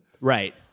right